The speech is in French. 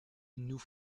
nous